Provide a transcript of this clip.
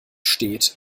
steht